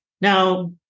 Now